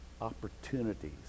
opportunities